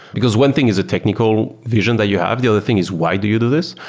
because one thing is a technical vision that you have. the other thing is why do you do this.